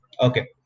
Okay